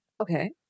okay